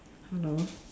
hello